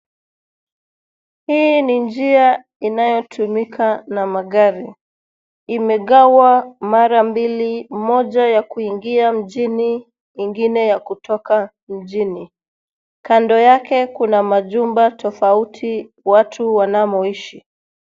Hii ni njia inayotumika na magari. Imegawa mara mbili. Moja ya kuingia mjini ingine ya kutoka mjini. Kando yake kuna majumba tofauti watu wanamoishi.